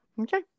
Okay